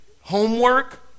Homework